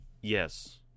Yes